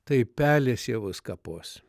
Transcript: tai pelės javus kapos